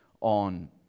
on